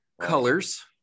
colors